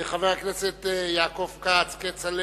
חבר הכנסת יעקב כץ, כצל'ה,